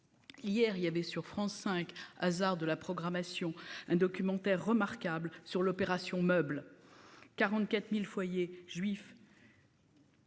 Hier il y avait sur France 5. Hasard de la programmation, un documentaire remarquable sur l'opération meubles 44.000 foyers juif.